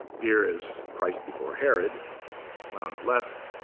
here is christ before herod on the left.